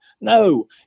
No